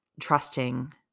trusting